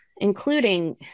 including